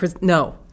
No